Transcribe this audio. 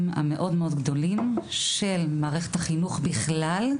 המאוד מאוד גדולים של מערכת החינוך בכלל,